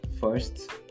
first